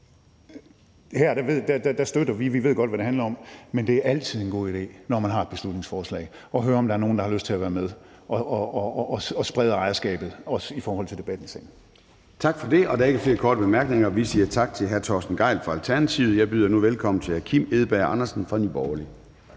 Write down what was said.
Her støtter vi det, for vi ved godt, hvad det handler om, men det er altid en god idé, når man vil fremsætte et beslutningsforslag, at høre, om der er nogen, der har lyst til at være med, og sprede ejerskabet, også i forhold til debatten i salen. Kl. 11:26 Formanden (Søren Gade): Tak for det. Der er ikke flere korte bemærkninger, så vi siger tak til hr. Torsten Gejl fra Alternativet. Jeg byder nu velkommen til hr. Kim Edberg Andersen fra Nye Borgerlige.